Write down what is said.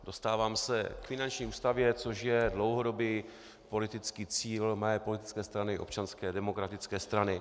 Dostávám se k finanční ústavě, což je dlouhodobý politický cíl mé politické strany, Občanské demokratické strany.